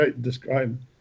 describe